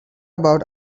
about